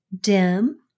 dim